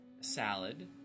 salad